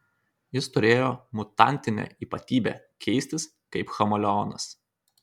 jis turėjo mutantinę ypatybę keistis kaip chameleonas